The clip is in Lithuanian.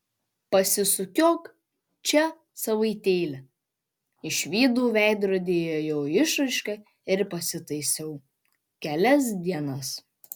pasisukiok čia savaitėlę išvydau veidrodyje jo išraišką ir pasitaisiau kelias dienas